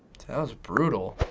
that was brutal.